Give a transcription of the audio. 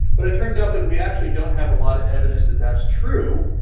but it turns out that we actually don't have a lot of evidence that that's true.